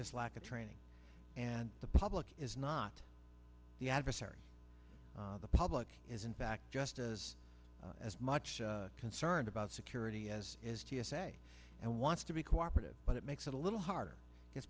just lack of training and the public is not the adversary the public is in fact just as as much concerned about security as is t s a and wants to be cooperative but it makes it a little harder